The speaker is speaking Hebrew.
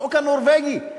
החוק הנורבגי.